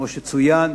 כמו שצוין,